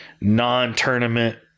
non-tournament